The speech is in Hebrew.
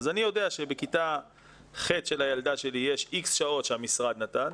כך אני יודע שבכיתה ח' של הילדה שלי יש X שעות שהמשרד נתן,